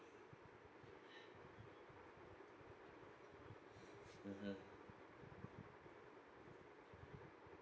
mmhmm